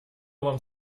вам